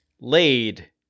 laid